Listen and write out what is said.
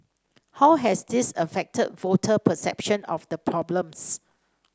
how has this affected voter perception of the problems